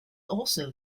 also